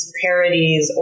parodies